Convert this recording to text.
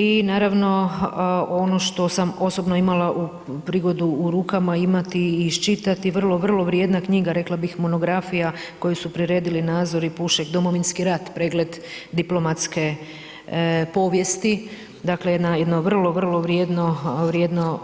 I naravno ono što sam osobno imala prigodu u rukama imati i iščitati vrlo, vrlo vrijedna knjiga, rekla bih monografija, koju su priredili Nazor i Pušek, Domovinski rat, pregled diplomatske povijesti, dakle jedno vrlo, vrlo vrijedno